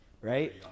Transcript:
right